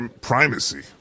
primacy